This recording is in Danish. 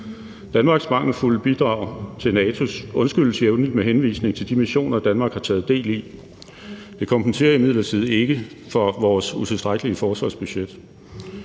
Danmarks mangelfulde bidrag til NATO undskyldes jævnligt med henvisning til de missioner, Danmark har taget del i. Det kompenserer imidlertid ikke for vores utilstrækkelige forsvarsbudget.